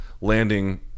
landing